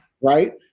Right